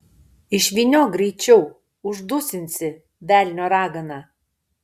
išvyniok greičiau uždusinsi velnio ragana